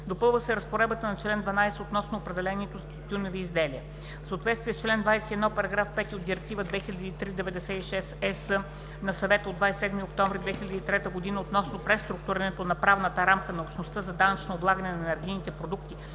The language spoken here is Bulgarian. Допълва се разпоредбата на чл. 12 относно определението за тютюневи изделия. В съответствие с чл. 21, § 5 от Директива 2003/96/ЕС на Съвета от 27 октомври 2003 г. относно преструктурирането на правната рамка на Общността за данъчно облагане на енергийните продукти